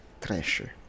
treasure